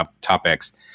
topics